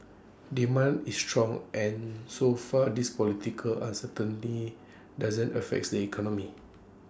demand is strong and so far this political uncertainty doesn't affects the economy